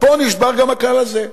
פה נשבר גם הכלל הזה.